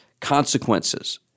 consequences